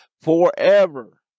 forever